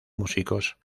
músicos